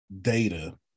data